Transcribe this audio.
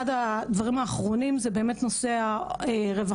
אחד הדברים האחרונים זה באמת נושא הרווחה,